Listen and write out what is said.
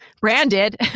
branded